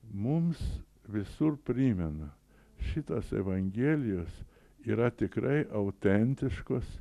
mums visur primena šitos evangelijos yra tikrai autentiškos